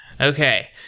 okay